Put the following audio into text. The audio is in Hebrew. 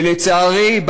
ולצערי,